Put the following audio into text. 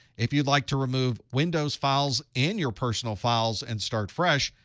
if you'd like to remove windows files and your personal files and start fresh,